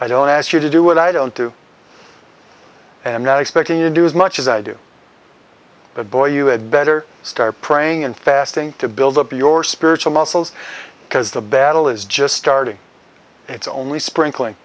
i don't ask you to do what i don't do and i'm not expecting you to do as much as i do but boy you had better start praying and fasting to build up your spiritual muscles because the battle is just starting it's only sprinkling